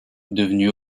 devenu